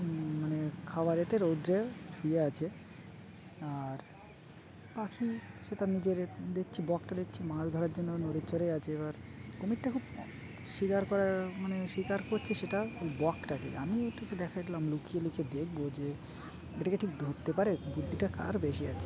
মানে খাবারেতে রৌদ্রে শুয়ে আছে আর পাখি সেটা নিজের দেখছি বকটা দেখছি মাছ ধরার জন্য নোদে চড়ে আছে এবার অমিকটা খুব শিকার করা মানে শিকার করছে সেটা ওই বকটাকে আমি ওটাকে দেখালাম লুকিয়ে লুকিয়ে দেখবো যে এটাকে ঠিক ধরতে পারে বুদ্ধিটা আর বেশি আছে